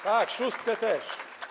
Tak, szóstkę też.